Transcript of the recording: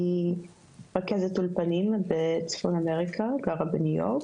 אני רכזת אולפנים בצפון אמריקה בניו יורק